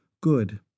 Good